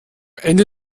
ende